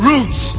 Roots